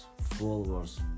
followers